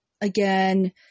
again